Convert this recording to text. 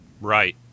Right